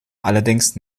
allerdings